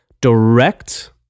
direct